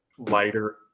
Lighter